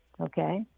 Okay